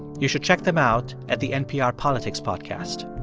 you should check them out at the npr politics podcast